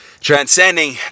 Transcending